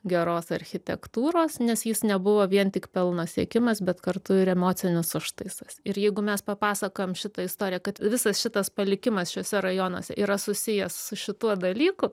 geros architektūros nes jis nebuvo vien tik pelno siekimas bet kartu ir emocinis užtaisas ir jeigu mes papasakojam šitą istoriją kad visas šitas palikimas šiuose rajonuose yra susijęs su šituo dalyku